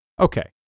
Okay